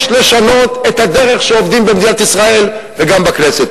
יש לשנות את הדרך שבה עובדים במדינת ישראל וגם בכנסת.